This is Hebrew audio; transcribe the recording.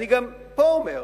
גם פה אני אומר: